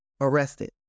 arrested